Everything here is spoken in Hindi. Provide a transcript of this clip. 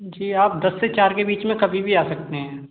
जी आप दस से चार के बीच में कभी भी आ सकते हैं